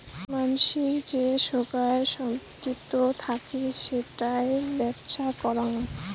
মানসির যে সোগায় সম্পত্তি থাকি সেটার বেপ্ছা করাং